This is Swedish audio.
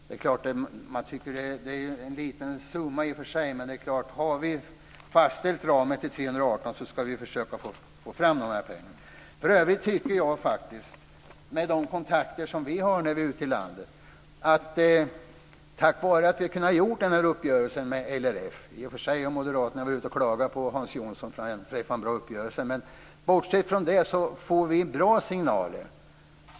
Det kan i och för sig tyckas vara en liten summa. Men har vi fastställt ramen till 318 miljoner ska vi försöka få fram de pengarna. För övrigt har vi, med de kontakter vi har när vi är ute i landet, kunnat göra den här uppgörelsen med LRF. Tack var den får vi, bortsett från att moderaterna har klagat på Hans Jonsson för att han har träffat en bra uppgörelse, bra signaler.